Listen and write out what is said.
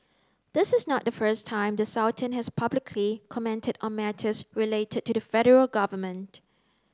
this is not the first time the Sultan has publicly commented on matters related to the federal government